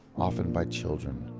often by children.